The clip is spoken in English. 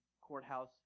courthouse